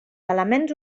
elements